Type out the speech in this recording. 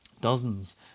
dozens